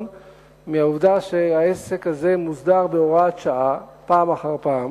מהעובדה שהעסק הזה מוסדר בהוראת שעה פעם אחר פעם.